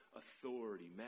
authority